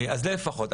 אז זה לפחות.